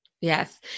Yes